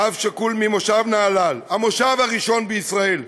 אב שכול ממושב נהלל, המושב הראשון בישראל.